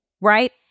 right